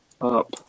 up